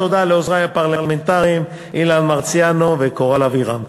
תודה לעוזרי הפרלמנטריים אילן מרסיאנו וקורל אבירם.